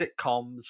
sitcoms